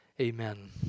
amen